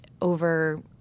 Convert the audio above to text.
over